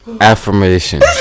Affirmation